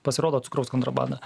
pasirodo cukraus kontrabanda